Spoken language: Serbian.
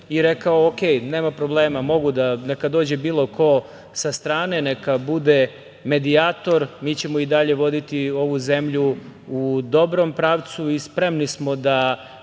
i rekao – u redu, nema problema, neka dođe bilo ko sa strane, neka bude medijator, mi ćemo i dalje voditi ovu zemlju u dobrom pravcu i spremni smo da